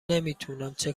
نمیتونم، چه